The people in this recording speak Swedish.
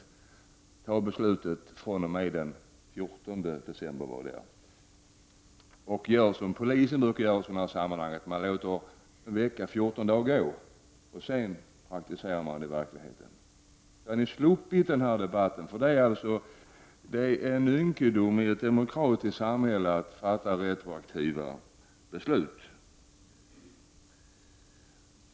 När det gäller beslutet från den 13 december kan man göra såsom polisen brukar göra i sådana sammanhang. Man låter en vecka till 14 dagar gå. Sedan praktiseras beslutet i verkligheten. Då hade vi sluppit denna debatt. Det är en ynkedom i ett demokratiskt samhälle att fatta retroaktiva beslut.